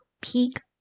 peak